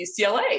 UCLA